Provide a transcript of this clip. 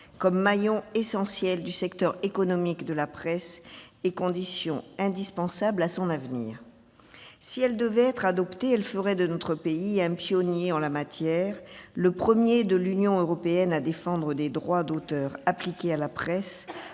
comme maillon essentiel du secteur économique de la presse et condition indispensable à son avenir. Si elle devait être adoptée, cette proposition de loi ferait de notre pays un pionnier en la matière, le premier de l'Union européenne à défendre les droits d'auteur appliqués à la presse,